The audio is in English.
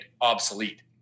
obsolete